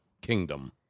kingdom